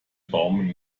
baumeln